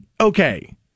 okay